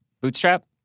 Bootstrap